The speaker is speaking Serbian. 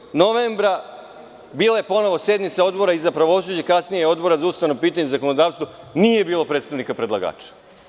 Dalje, 4. novembra bila je ponovo sednica Odbora za pravosuđe, a kasnije Odbora za ustavna pitanja i zakonodavstvo i nije bilo predstavnika predlagača.